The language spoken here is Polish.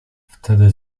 wtedy